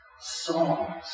songs